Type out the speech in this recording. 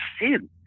sin